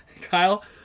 Kyle